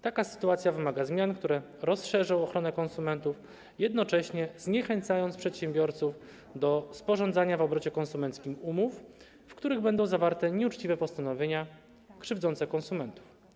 Taka sytuacja wymaga zmian, które rozszerzą ochronę konsumentów, jednocześnie zniechęcając przedsiębiorców do sporządzania w obrocie konsumenckim umów, w których będą zawarte nieuczciwe postanowienia krzywdzące konsumentów.